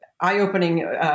eye-opening